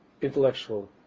intellectual